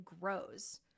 grows